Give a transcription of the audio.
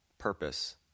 Purpose